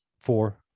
Four